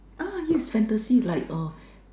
ah yes fantasy like uh